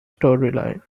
storyline